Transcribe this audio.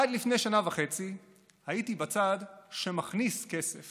עד לפני שנה וחצי הייתי בצד שמכניס כסף